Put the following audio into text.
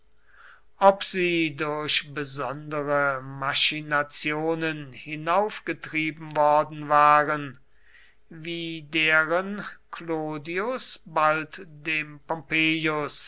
ob sie durch besondere machinationen hinaufgetrieben worden waren wie deren clodius bald dem